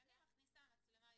אני מכניסה מצלמה,